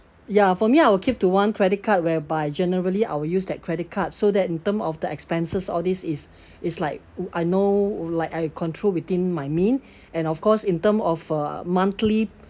ya for me I will keep to one credit card whereby generally I will use that credit card so that in terms of the expenses all this is is like I know like I control within my means and of course in terms of uh monthly